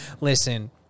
listen